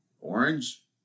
Orange